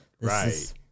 right